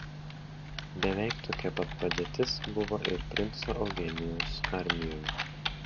beveik tokia pat padėtis buvo ir princo eugenijaus armijoje